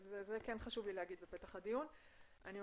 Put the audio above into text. חשוב לי להגיד בפתח הדיון שאנחנו